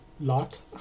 lot